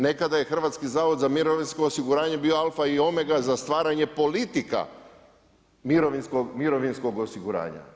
Nekada je Hrvatski zavod za mirovinsko osiguranje bio alfa i omega za stvaranje politika mirovinskog osiguranja.